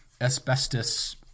asbestos